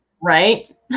Right